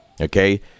Okay